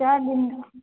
चार दिन का